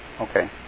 Okay